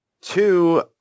Two